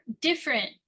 different